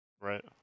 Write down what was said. Right